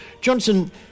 Johnson